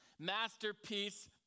Masterpiece